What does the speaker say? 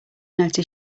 noticed